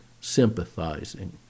sympathizing